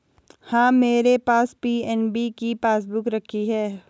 हाँ, मेरे पास पी.एन.बी की पासबुक रखी है